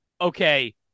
Okay